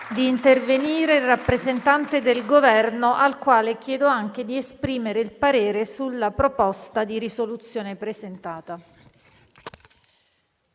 Grazie,